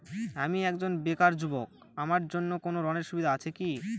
আমি একজন বেকার যুবক আমার জন্য কোন ঋণের সুবিধা আছে কি?